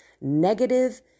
negative